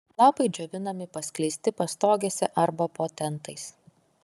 lapai džiovinami paskleisti pastogėse arba po tentais